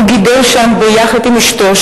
הוא גידל שם ביחד עם אשתו,